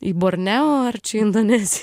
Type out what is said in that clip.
į borneo ar čia indoneziją